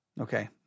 Okay